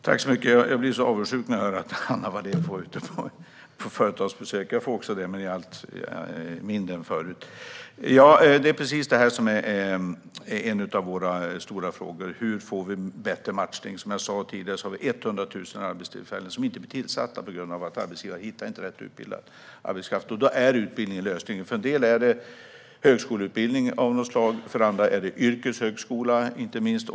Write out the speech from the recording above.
Fru talman! Jag blir avundsjuk när jag hör att Anna Wallén får vara ute på företagsbesök. Det får jag också, men inte lika ofta som förut. Det är precis det här som är en av våra stora frågor: Hur får vi bättre matchning? Som jag sa tidigare har vi 100 000 arbetstillfällen som inte blir tillsatta på grund av att arbetsgivare inte hittar rätt utbildad arbetskraft. Då är utbildning lösningen. För en del är det högskoleutbildning av något slag och för andra är det yrkeshögskola, inte minst.